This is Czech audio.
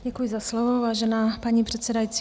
Děkuji za slovo, vážená paní předsedající.